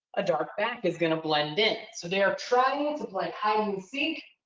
a dark back is going to blend in. so they are trying to play hide and seek,